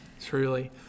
Truly